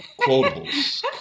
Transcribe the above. Quotables